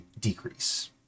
decrease